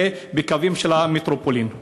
זה בקווים של המטרופולין.